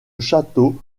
château